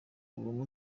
uwo